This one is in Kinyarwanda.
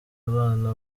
abana